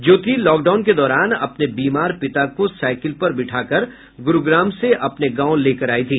ज्योति lockdown के दौरान अपने बीमार पिता को साईकिल पर बैठाकर गुरूग्राम से अपने गांव लेकर आयी थी